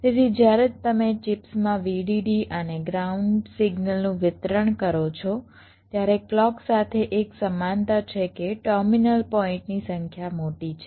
તેથી જ્યારે તમે ચિપ્સમાં VDD અને ગ્રાઉન્ડ સિગ્નલનું વિતરણ કરો છો ત્યારે ક્લૉક સાથે એક સમાનતા છે કે ટર્મિનલ પોઈન્ટની સંખ્યા મોટી છે